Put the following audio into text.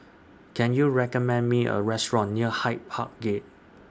Can YOU recommend Me A Restaurant near Hyde Park Gate